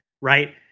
right